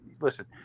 listen